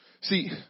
See